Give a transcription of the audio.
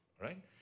right